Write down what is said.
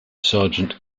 sargent